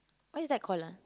what is that called ah